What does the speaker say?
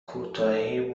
کوتاهی